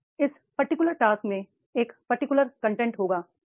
अब इस particular task में एक पर्टिकुलर कॉन्टेंट होगी